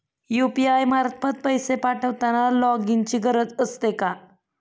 UPI मार्फत पैसे पाठवताना लॉगइनची गरज असते का?